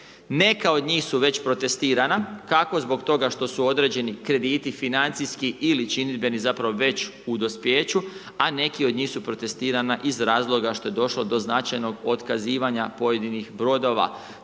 Neka od njih su već protestirana, kako zbog toga što su određeni krediti, financijski ili činidbeni zapravo već u dospijeću, a neki od njih su i protestirana iz razloga što je došlo do značajnog otkazivanja pojedinih brodova.